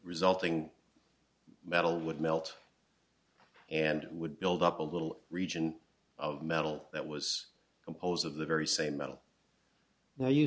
resulting metal would melt and it would build up a little region of metal that was composed of the very same metal now you